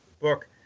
book